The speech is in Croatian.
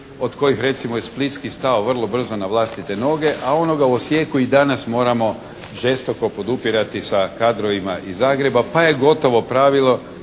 od kojih recimo je Splitski stao vrlo brzo na vlastite noge, a onoga u Osijeku i danas moramo žestoko podupirati sa kadrovima iz Zagreba pa je gotovo pravilo